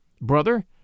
Brother